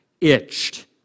itched